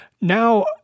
Now